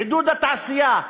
עידוד התעשייה,